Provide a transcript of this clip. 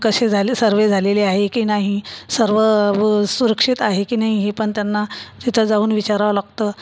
कसे झाले सर्वे झालेले आहे की नाही सर्व व सुरक्षित आहे की नाही हे पण त्यांना तिथं जाऊन विचारावं लागतं